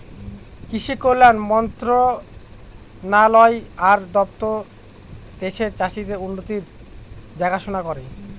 কৃষি কল্যাণ মন্ত্রণালয় আর দপ্তর দেশের চাষীদের উন্নতির দেখাশোনা করে